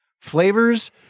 flavors